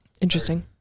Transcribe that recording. Interesting